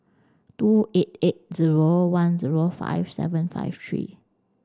two eight eight zero one zero five seven five three